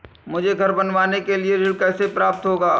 मुझे घर बनवाने के लिए ऋण कैसे प्राप्त होगा?